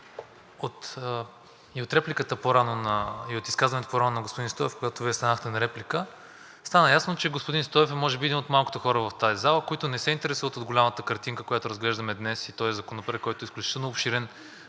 от изказването по-рано на господин Стоев, за което Вие станахте за реплика, стана ясно, че господин Стоев е, може би, един от малкото хора в тази зала, които не се интересуват от голямата картина, която разглеждаме днес и този законопроект, който е изключително обширен,